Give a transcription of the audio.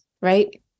right